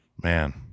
man